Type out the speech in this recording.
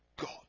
God